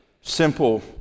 Simple